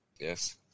Yes